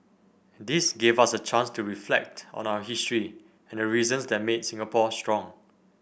this gave us a chance to reflect on our history and the reasons that made Singapore strong